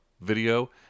video